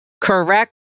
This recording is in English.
Correct